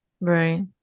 Right